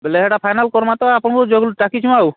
ବେଲେ ହେଟା ଫାଇନାଲ୍ କର୍ମା ତ ଆପଣ୍ଙ୍କୁ ଜଗ୍ମୁ ଆଉ ଟାକିଛୁଁ ଆଉ